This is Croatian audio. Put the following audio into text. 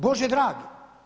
Bože dragi.